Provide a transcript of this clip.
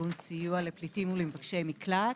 ארגון סיוע לפליטים ולמבקשי מקלט.